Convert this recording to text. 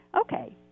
Okay